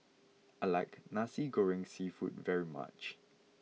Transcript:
I like Nasi Goreng Seafood very much